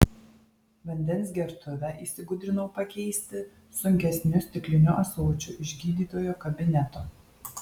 vandens gertuvę įsigudrinau pakeisti sunkesniu stikliniu ąsočiu iš gydytojo kabineto